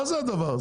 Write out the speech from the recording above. מה זה הדבר הזה?